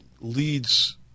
leads